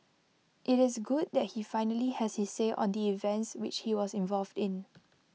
IT is good that he finally has his say on the events which he was involved in